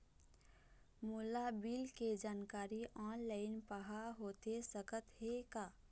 मोला बिल के जानकारी ऑनलाइन पाहां होथे सकत हे का?